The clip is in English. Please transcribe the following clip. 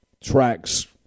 tracks